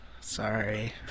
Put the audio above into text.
Sorry